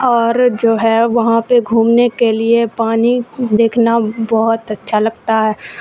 اور جو ہے وہاں پہ گھومنے کے لیے پانی دیکھنا بہت اچھا لگتا ہے